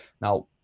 now